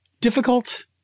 difficult